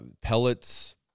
pellets